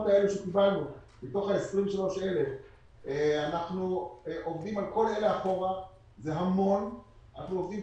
הקבוצה